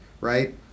right